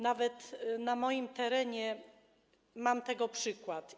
Nawet na moim terenie mam tego przykład.